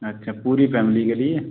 अच्छा पूरी फ़ैमली के लिए